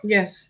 Yes